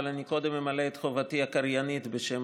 אבל קודם אני אמלא את חובתי הקריינית בשם